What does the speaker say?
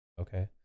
okay